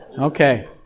Okay